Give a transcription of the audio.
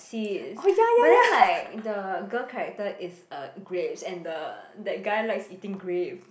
seeds but then like the girl character is a grapes and the that guy likes eating grape